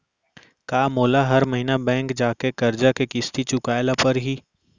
का मोला हर महीना बैंक जाके करजा के किस्ती चुकाए ल परहि?